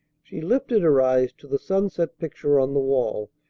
she lifted her eyes to the sunset picture on the wall,